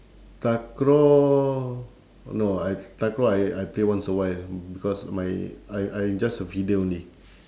takraw no I takraw I I play once a while because my I I just a feeder only